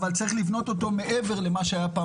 אבל צריך לבנות אותו מעבר למה שהיה פעם